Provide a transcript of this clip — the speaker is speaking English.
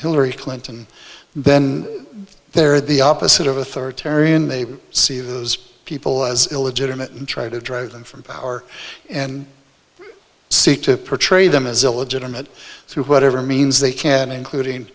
hillary clinton then they're the opposite of authoritarian they see those people as illegitimate and try to drive them from power and seek to persuade them as illegitimate through whatever means they can